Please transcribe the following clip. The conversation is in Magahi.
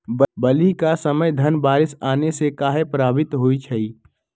बली क समय धन बारिस आने से कहे पभवित होई छई?